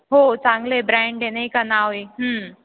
हो चांगले ब्रँड आहे नाही का नाव आहे